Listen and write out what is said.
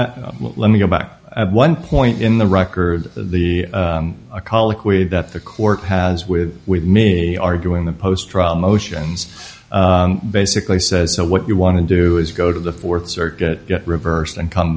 that let me go back at one point in the record the colloquy that the court has with with me arguing the post trial motions basically says so what you want to do is go to the fourth circuit reverse and come